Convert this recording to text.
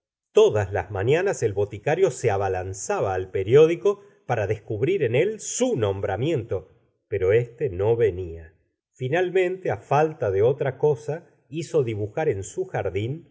todas las mañanas el boticario se abalanzaba al periódico para descubrir en él su nombramiento pero éste no venía finalmente á falta de otra cosa hizo dibujar en su jardín